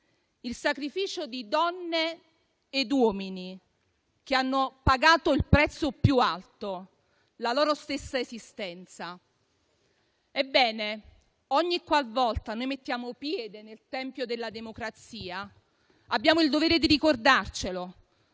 il sacrificio di donne e di uomini che hanno pagato il prezzo più alto, la loro stessa esistenza. Ebbene, ogni qualvolta noi mettiamo piede nel tempio della democrazia, abbiamo il dovere di ricordarcelo,